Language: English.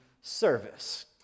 service